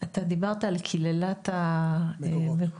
אתה דיברת על קללת משאבי הטבע,